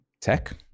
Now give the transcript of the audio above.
Tech